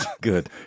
Good